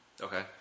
Okay